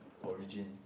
origin